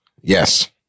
Yes